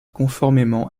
conformément